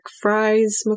Fries